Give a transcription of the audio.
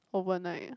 overnight